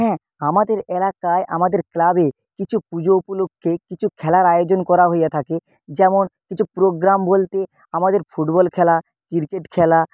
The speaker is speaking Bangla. হ্যাঁ আমাদের এলাকায় আমাদের ক্লাবে কিছু পুজো উপলক্ষ্যে কিছু খেলার আয়োজন করা হয়ে থাকে যেমন কিছু প্রোগ্রাম বলতে আমাদের ফুটবল খেলা ক্রিকেট খেলা